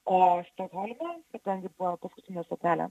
o stokholme kadangi buvo paskutinė stotelė